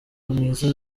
mwiza